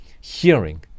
Hearing